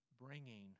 bringing